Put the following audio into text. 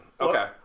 Okay